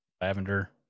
Lavender